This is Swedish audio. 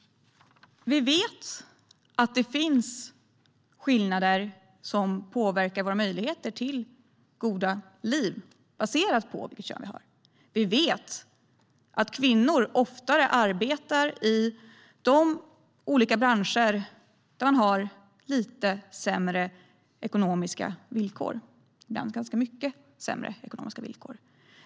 Vi vet att det finns skillnader som påverkar våra möjligheter till ett gott liv baserat på vilket kön vi har. Vi vet att kvinnor oftare arbetar i de branscher där man har lite sämre ekonomiska villkor, ibland ganska mycket sämre ekonomiska villkor.